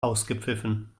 ausgepfiffen